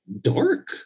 dark